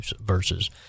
verses